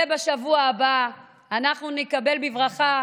ובשבוע הבא אנחנו נקבל בברכה